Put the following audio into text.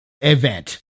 event